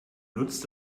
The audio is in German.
nutzt